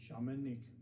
shamanic